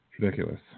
Ridiculous